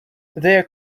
their